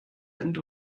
end